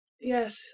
Yes